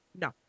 No